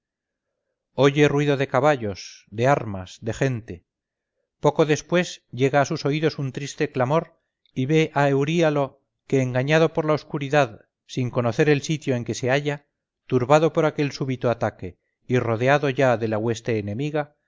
oye ruido de caballos de armas de gente poco después llega a sus oídos un triste clamor y ve a euríalo que engañado por la oscuridad sin conocer el sitio en que se halla turbado por aquel súbito ataque y rodeado ya de la hueste enemiga